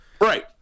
right